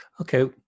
Okay